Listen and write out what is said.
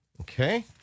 okay